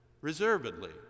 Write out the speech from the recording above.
reservedly